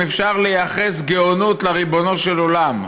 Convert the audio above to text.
אם אפשר לייחס גאונות לריבונו של עולם,